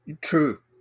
True